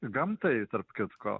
gamtai tarp kitko